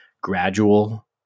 gradual